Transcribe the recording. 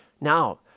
Now